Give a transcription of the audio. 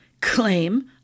Claim